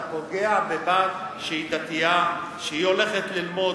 אתה פוגע בבת שהיא דתייה, שהולכת ללמוד